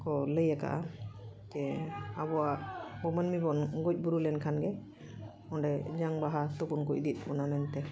ᱠᱚ ᱞᱟᱹᱭ ᱟᱠᱟᱜᱼᱟ ᱡᱮ ᱟᱵᱚᱣᱟᱜ ᱢᱟᱱᱢᱤ ᱵᱚᱱ ᱜᱚᱡ ᱵᱩᱨᱩ ᱞᱮᱱᱠᱷᱟᱱᱜᱮ ᱚᱸᱰᱮ ᱡᱟᱝ ᱵᱟᱦᱟ ᱛᱩᱯᱩᱱ ᱠᱚ ᱤᱫᱤᱭᱮᱫ ᱵᱚᱱᱟ ᱢᱮᱱᱛᱮ